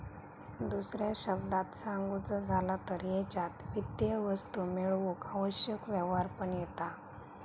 दुसऱ्या शब्दांत सांगुचा झाला तर हेच्यात वित्तीय वस्तू मेळवूक आवश्यक व्यवहार पण येता